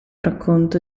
racconto